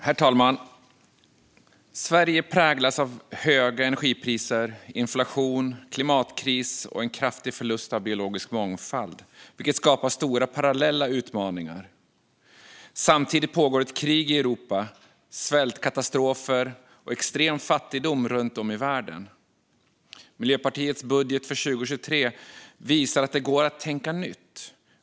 Herr talman! Sverige präglas av höga energipriser, inflation, klimatkris och en kraftig förlust av biologisk mångfald, vilket skapar stora parallella utmaningar. Samtidigt pågår ett krig i Europa, svältkatastrofer och extrem fattigdom runt om i världen. Miljöpartiets budget för 2023 visar att det går att tänka nytt.